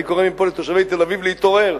אני קורא מפה לתושבי תל-אביב להתעורר.